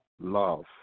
love